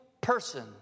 person